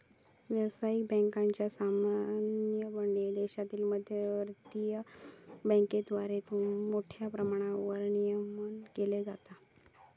व्यावसायिक बँकांचा सामान्यपणे देशाच्या मध्यवर्ती बँकेद्वारा मोठ्या प्रमाणावर नियमन केला जाता